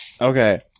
Okay